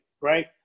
right